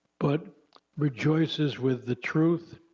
but rejoices with the truth.